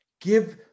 Give